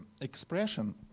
expression